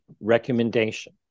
recommendation